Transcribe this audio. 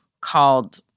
called